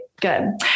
Good